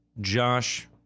Josh